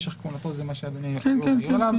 משך כהונתו זה מה שאדוני הלין עליו.